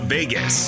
Vegas